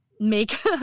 make